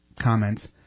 comments